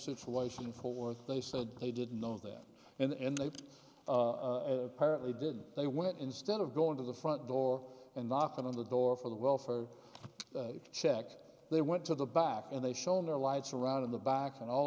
situation for they said they didn't know that and they've apparently did they went instead of going to the front door and knocking on the door for the welfare check they went to the back and they shone their lights around in the back and all